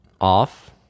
off